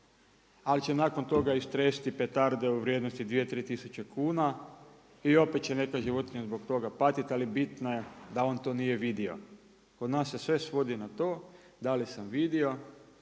ali će nakon toga istresti petarde u vrijednosti 2, 3 tisuće kuna i opet će neka životinja zbog toga patiti ali bitno je da on to nije vidio. Kod nas se sve svodi na to da li sam vidio